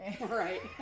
right